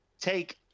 take